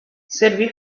servì